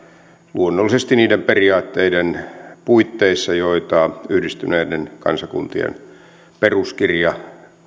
luonnollisesti niiden periaatteiden puitteissa joita yhdistyneiden kansakuntien peruskirja